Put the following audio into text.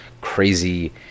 crazy